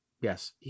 Yes